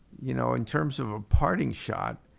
you know in terms of a parting shot,